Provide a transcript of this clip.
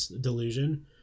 delusion